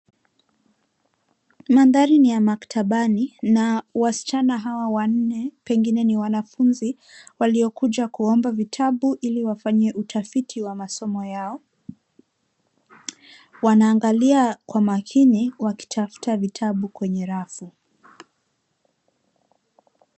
Mandhari ni ya maktabani na wasichana hawa wanne pengine ni wanafunzi waliokuja kuomba vitabu ili wafanye utafiti wa masomo yao. Wanaangalia kwa makini wakitafuta vitabu kwenye rafu.